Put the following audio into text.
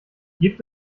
gibt